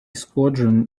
squadron